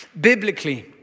Biblically